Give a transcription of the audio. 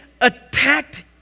attacked